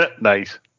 Nice